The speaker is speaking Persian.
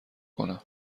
کنم